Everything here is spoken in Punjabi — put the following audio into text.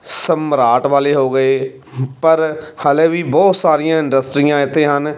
ਸਮਰਾਟ ਵਾਲੇ ਹੋ ਗਏ ਪਰ ਹਾਲੇ ਵੀ ਬਹੁਤ ਸਾਰੀਆਂ ਇੰਡਸਟਰੀਆਂ ਇੱਥੇ ਹਨ